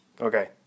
Okay